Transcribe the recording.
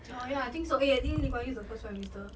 oh ya I think so eh I think lee kuan yew is the first prime minister